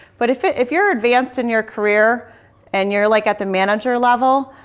but if ah if you're advanced in your career and you're like at the manager level,